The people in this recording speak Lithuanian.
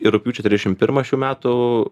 ir rugpjūčio trisdešim pirmą šių metų